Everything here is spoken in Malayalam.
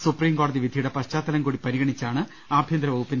സുപ്രീം കോടതി വിധിയുടെ പശ്ചാത്തലം കൂടി പരിഗണിച്ചാണ് ആഭ്യന്തരവകുപ്പിന്റെ നടപടി